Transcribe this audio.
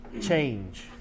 change